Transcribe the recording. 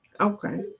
Okay